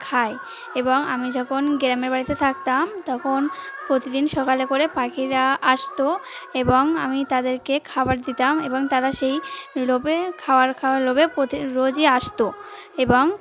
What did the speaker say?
খায় এবং আমি যখন গ্রামের বাড়িতে থাকতাম তখন প্রতিদিন সকালে করে পাখিরা আসত এবং আমি তাদেরকে খাবার দিতাম এবং তারা সেই লোভে খাওয়ার খাওয়ার লোভে প্রতি রোজই আসত এবং